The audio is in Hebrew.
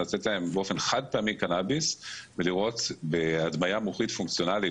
לתת להן באופן חד-פעמי קנאביס ולראות בהדמיה מוחית פונקציונלית,